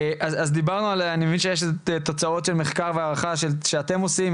אני מבין שיש תוצאות של מחקר והערכה שמשרד הרווחה עושים.